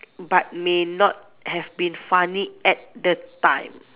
but may not have been funny at the time